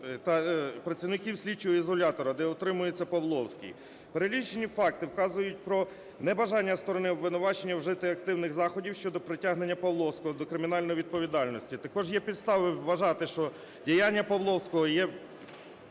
працівників слідчого ізолятора, де утримується Павловський. Перелічені факти вказують про небажання зі сторони обвинувачення вжити активних заходів щодо притягнення Павловського до кримінальної відповідальності. Також є підстави вважати, що діяння Павловського є